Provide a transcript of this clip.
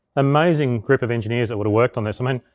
amazing group of engineers that woulda worked on this. i mean,